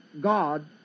God